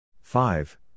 five